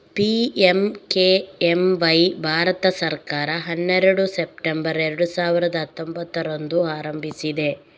PMKMY Bharat ಸರ್ಕಾರ ಹನ್ನೆರಡು September ಎರಡು ಸಾವಿರದ ಹತ್ತೊಂಭತ್ತರಂದು ಆರಂಭಿಸಿದೆ